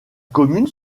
commune